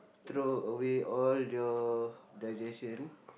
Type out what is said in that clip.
throw away all your digestion